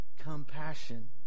compassion